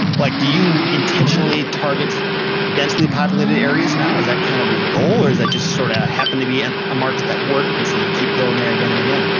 like do you intentionally target densely populated areas now? is that kind of your goal or does that just sort of happen to be and a market that worked and so you keep going there again and again?